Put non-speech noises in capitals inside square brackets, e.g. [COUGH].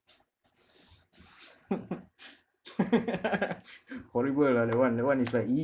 [LAUGHS] horrible lah that one that one is like !ee!